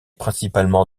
principalement